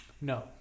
No